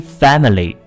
family